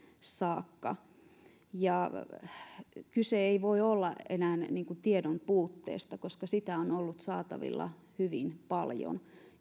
saakka kyse ei voi olla enää tiedon puutteesta koska sitä on ollut saatavilla hyvin paljon